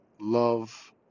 love